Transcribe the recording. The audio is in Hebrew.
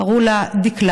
קראו לה דקלה.